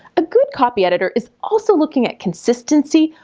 a good copy editor is also looking at consistency,